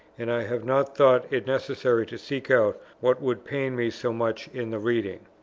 and i have not thought it necessary to seek out what would pain me so much in the reading.